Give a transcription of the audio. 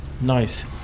Nice